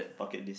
bucket list